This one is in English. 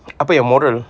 apa yang moral